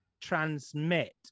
Transmit